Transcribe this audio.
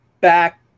back